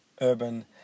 urban